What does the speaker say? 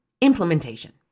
implementation